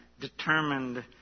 determined